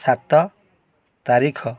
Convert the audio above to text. ସାତ ତାରିଖ